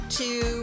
two